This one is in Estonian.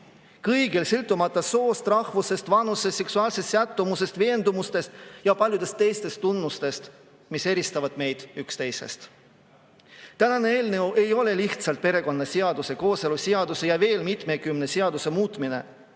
kõigil, sõltumata soost, rahvusest, vanusest, seksuaalsest sättumusest, veendumustest ja paljudest teistest tunnustest, mis eristavad meid üksteisest. Tänane eelnõu ei ole lihtsalt perekonnaseaduse, kooseluseaduse ja veel mitmekümne seaduse muutmine.